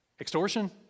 Extortion